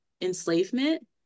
enslavement